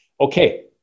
Okay